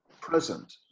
present